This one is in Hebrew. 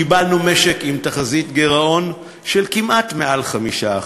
קיבלנו משק עם תחזית גירעון של יותר מ-5%.